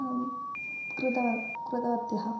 कृतः कृतवत्यः